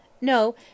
No